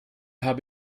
habe